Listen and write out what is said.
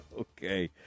okay